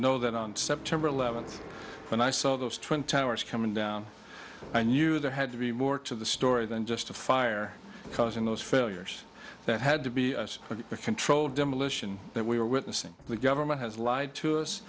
know that on september eleventh when i saw those twin towers coming down i knew there had to be more to the story than just a fire because in those failures that had to be controlled demolition that we were witnessing the government has lied to us